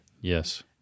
Yes